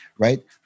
Right